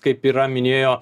kaip yra minėjo